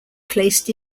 placed